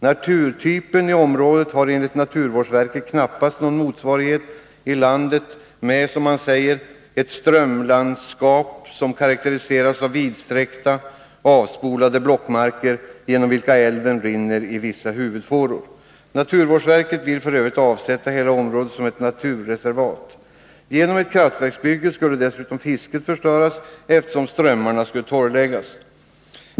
Naturtypen i området har enligt naturvårdsverket knappast någon motsvarighet i landet med ”ett strömlandskap som karaktäriseras av vidsträckta, avspolade blockmarker, genom vilka älven rinner i vissa huvudfåror”. Naturvårdsverket vill f. ö. avsätta hela området som naturreservat. Genom ett kraftverksbygge skulle dessutom fisket förstöras, eftersom strömmarna skulle torrläggas.